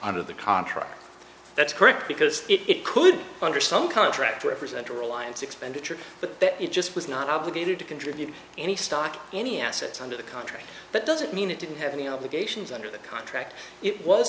of the contract that's correct because it could under some contract represent a reliance expenditure but that it just was not obligated to contribute any stock any assets under the contract but doesn't mean it didn't have any obligations under the contract it was